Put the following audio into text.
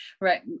Right